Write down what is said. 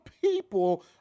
people